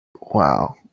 Wow